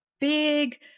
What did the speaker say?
big